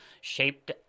shaped